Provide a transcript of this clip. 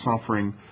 suffering